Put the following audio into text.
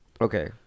Okay